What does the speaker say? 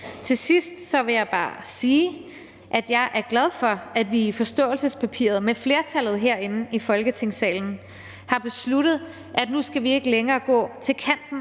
Til sidst vil jeg bare sige, at jeg er glad for, at vi i forståelsespapiret med flertallet herinde i Folketingssalen har besluttet, at vi nu ikke længere skal gå til kanten